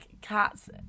cats